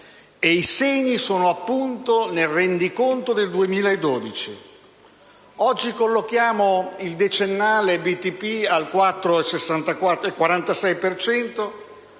contenuti, appunto, nel rendiconto del 2012. Oggi collochiamo il decennale BTP al 4,46